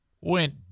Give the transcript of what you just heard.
went